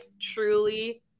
truly